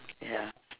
ya